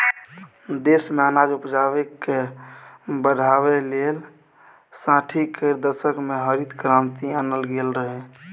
देश मे अनाज उपजाकेँ बढ़ाबै लेल साठि केर दशक मे हरित क्रांति आनल गेल रहय